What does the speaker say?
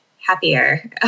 happier